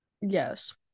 yes